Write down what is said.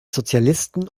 sozialisten